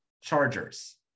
Chargers